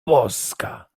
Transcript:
boska